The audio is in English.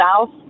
South